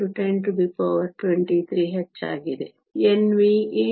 92 x 1023 ಹೆಚ್ಚಾಗಿದೆ Nv 8